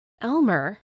Elmer